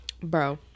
bro